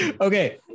okay